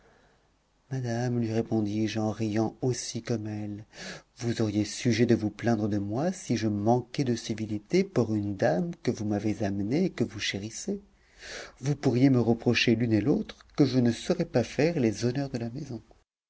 madame lui répondis-je en riant aussi comme elle vous auriez sujet de vous plaindre de moi si je manquais de civilité pour une dame que vous m'avez amenée et que vous chérissez vous pourriez me reprocher l'une et l'autre que je ne saurais pas faire les honneurs de la maison